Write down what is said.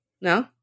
no